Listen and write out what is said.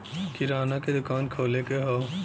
किराना के दुकान खोले के हौ